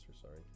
sorry